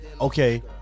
okay